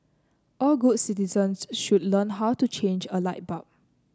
all good citizens should learn how to change a light bulb